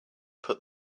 put